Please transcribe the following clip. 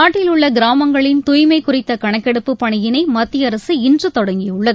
நாட்டில் உள்ள கிராமங்களின் தூய்மை குறித்த கணக்கெடுப்பு பணியினை மத்திய அரசு இன்று தொடங்கியுள்ளது